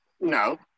No